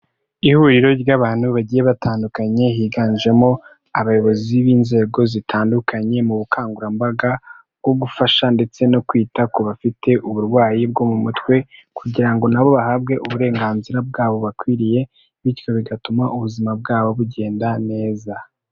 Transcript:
Ihuriro ry'abantu bagiye batandukanye, higanjemo abayobozi b'inzego zitandukanye mu bukangurambaga, bwo gufasha ndetse no kwita ku bafite uburwayi bwo mu mutwe, kugira ngo na bo bahabwe uburenganzira bwabo bakwiriye, bityo bigatuma ubuzima bw'abo bugenda neza.